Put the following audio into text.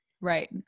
Right